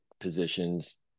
positions